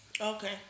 Okay